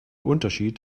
unterschied